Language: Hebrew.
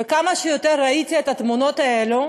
וכמה שיותר ראיתי את התמונות האלה,